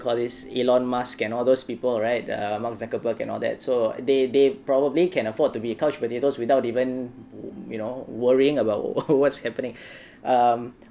call this elon musk and all those people right err mark zuckerberg and all that so they they probably can afford to be couch potatoes without even you know worrying about what's happening um